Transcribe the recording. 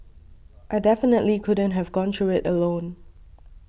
I definitely couldn't have gone through it alone